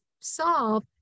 solve